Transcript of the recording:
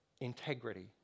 Integrity